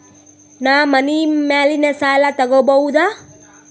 ನಾ ಮನಿ ಮ್ಯಾಲಿನ ಸಾಲ ತಗೋಬಹುದಾ?